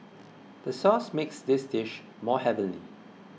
the sauce makes this dish more heavenly